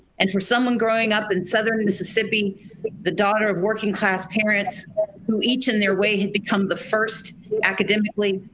and for someone growing up in southern mississippi the daughter of working class parents who each in their way had become the first academically.